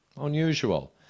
unusual